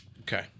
okay